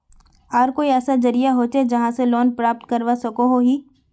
आर कोई ऐसा जरिया होचे जहा से लोन प्राप्त करवा सकोहो ही?